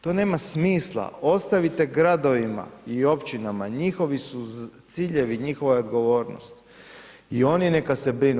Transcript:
To nema smisla, ostavite gradovima i općinama njihovi su ciljevi, njihova je odgovornost i oni neka se brinu.